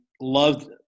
loved